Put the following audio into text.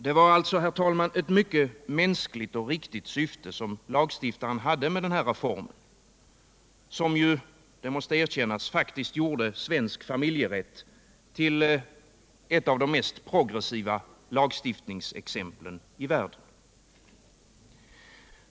Det var alltså, herr talman, ett mycket mänskligt och riktigt syfte som lagstiftaren hade med denna reform, som ju — det måste erkännas — faktiskt gjorde svensk familjerätt till ett av de mest progressiva lagstiftningsexemplen i världen.